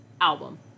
album